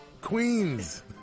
Queens